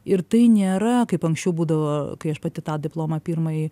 ir tai nėra kaip anksčiau būdavo kai aš pati tą diplomą pirmąjį